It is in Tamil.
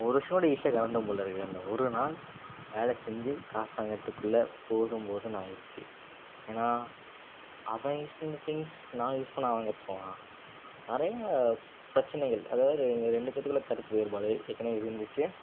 ஒரு வருஷம் கூட ஈஸியாக கடந்தும் போலிருக்கு அந்த ஒரு நாள் வேலை செஞ்சு காசை வாங்குறதுக்குள்ள போதும் போதும்னு ஆயிடுச்சு ஏன்னா அவன் யூஸ் பண்ணுற திங்க்ஸ் நான் யூஸ் பண்ணால் அவன் கற்றுக்குவான் நிறைய பிரச்சனைகள் அதாவது எங்கள் ரெண்டு பேர்த்துக்குள்ள கருத்து வேறுபாடு ஏற்கனவே இருந்துச்சு